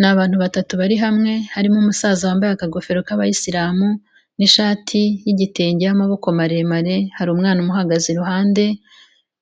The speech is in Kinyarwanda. Ni abantu batatu bari hamwe, harimo umusaza wambaye akagofero k'abayisilamu, n'ishati y'igitenge y'amaboko maremare, hari umwana umuhagaze iruhande,